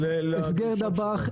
אז הסגר דבאח,